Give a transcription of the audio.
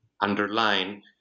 underline